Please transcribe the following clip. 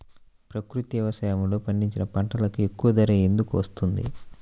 ప్రకృతి వ్యవసాయములో పండించిన పంటలకు ఎక్కువ ధర ఎందుకు వస్తుంది?